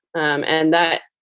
um and that,